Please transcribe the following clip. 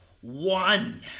One